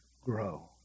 grow